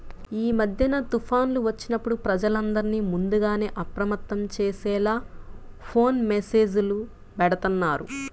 యీ మద్దెన తుఫాన్లు వచ్చినప్పుడు ప్రజలందర్నీ ముందుగానే అప్రమత్తం చేసేలా ఫోను మెస్సేజులు బెడతన్నారు